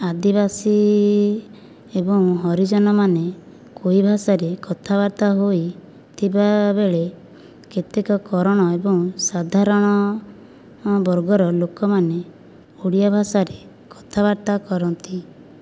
ଆଦିବାସୀ ଏବଂ ହରିଜନ ମାନେ କୁଇ ଭାଷାରେ କଥାବାର୍ତ୍ତା ହୋଇ ଥିବା ବେଳେ କେତେକ କରଣ ଏବଂ ସାଧାରଣ ବର୍ଗର ଲୋକମାନେ ଓଡ଼ିଆ ଭାଷାରେ କଥାବାର୍ତ୍ତା କରନ୍ତି